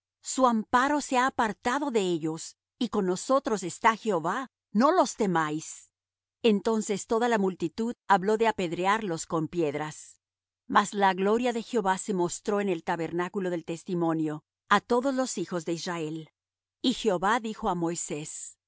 su amparo se ha apartado de ellos y con nosotros está jehová no los temáis entonces toda la multitud habló de apedrearlos con piedras mas la gloria de jehová se mostró en el tabernáculo del testimonio á todos los hijos de israel y jehová dijo á moisés